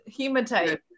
Hematite